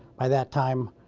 by that time,